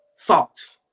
thoughts